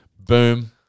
Boom